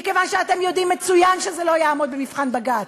מכיוון שאתם יודעים מצוין שזה לא יעמוד במבחן בג"ץ,